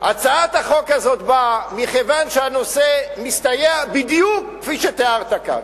הצעת החוק הזאת באה מכיוון שהנושא מסתייע בדיוק כפי שתיארת כאן.